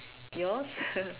yours